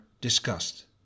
discussed